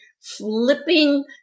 flipping